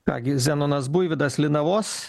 ką gi zenonas buivydas linavos